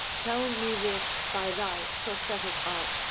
tell me this by thy prophetic art,